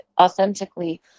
authentically